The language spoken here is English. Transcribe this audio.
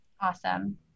Awesome